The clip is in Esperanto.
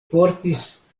raportis